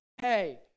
Hey